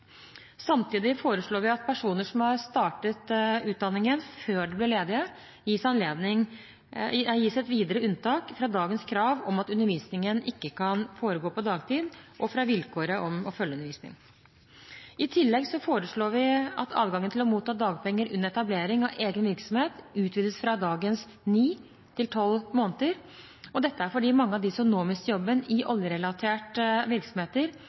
Samtidig foreslår vi at personer som har startet utdanningen før de ble ledige, gis et videre unntak fra dagens krav om at undervisningen ikke kan foregå på dagtid og fra vilkåret om å følge undervisning. I tillegg foreslår vi at adgangen til å motta dagpenger under etablering av egen virksomhet utvides fra dagens ni måneder til tolv måneder, og dette er fordi mange av dem som nå mister jobben i oljerelaterte virksomheter,